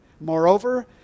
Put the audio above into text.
moreover